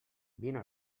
vine